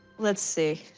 let's see.